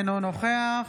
אינו נוכח